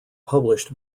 published